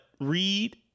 read